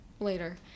later